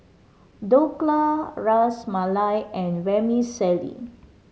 Dhokla Ras Malai and Vermicelli